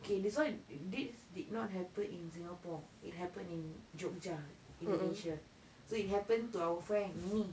okay this one did did not happen in singapore it happened in jogja indonesia so it happened to our friend ini